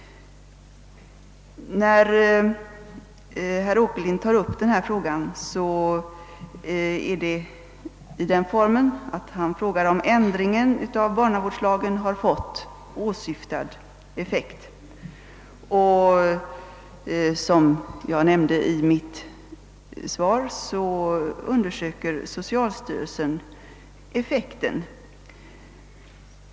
När herr Åkerlind tar upp denna fråga gör han det i den formen att han frågar, om ändringen av barnavårdslagen fått åsyftad effekt, och som jag nämnde i mitt svar undersöker socialstyrelsen detta.